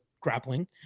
grappling